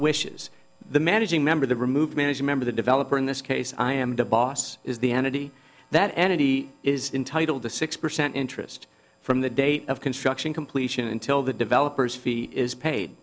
wishes the managing member to remove managing member the developer in this case i am the boss is the entity that entity is entitled to six percent interest from the date of construction completion until the developer's fee is paid